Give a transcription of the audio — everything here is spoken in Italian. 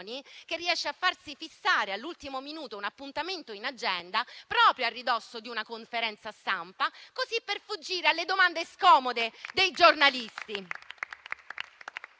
che riesce a farsi fissare all'ultimo minuto un appuntamento in agenda proprio a ridosso di una conferenza stampa, così da fuggire alle domande scomode dei giornalisti.